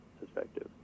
perspective